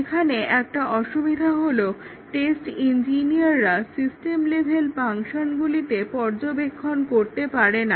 এখানে একটা অসুবিধা হলো টেস্ট ইঞ্জিনিয়াররা সিস্টেম লেভেল ফাংশনগুলোকে পর্যবেক্ষণ করতে পারেনা